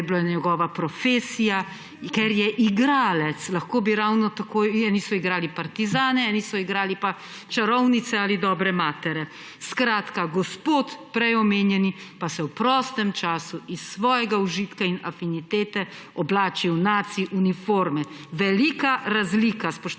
To je bila njegova profesija, ker je igralec. Eni so igrali partizane, eni so igrali pa čarovnice ali dobre matere. Gospod, prej omenjeni, pa se v prostem času iz svojega užitka in afinitete oblači v naci uniforme. Velika razlika,